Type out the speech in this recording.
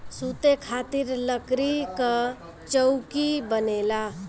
सुते खातिर लकड़ी कअ चउकी बनेला